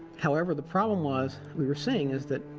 however, the problem was, we were seeing, as that,